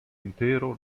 intero